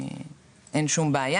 אין שום בעיה.